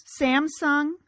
Samsung